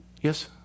Yes